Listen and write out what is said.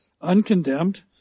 uncondemned